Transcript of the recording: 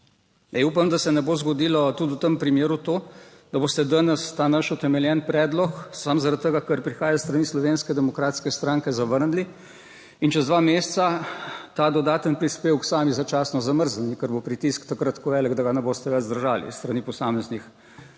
Zdaj upam, da se ne bo zgodilo tudi v tem primeru to, da boste danes ta naš utemeljen predlog samo, zaradi tega, ker prihaja s strani Slovenske demokratske stranke, zavrnili. In čez dva meseca ta dodaten prispevek sami začasno zamrznili, ker bo pritisk takrat tako velik, da ga ne boste več zdržali s strani posameznih